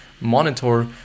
monitor